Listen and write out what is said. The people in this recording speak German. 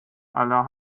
aller